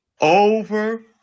over